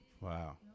Wow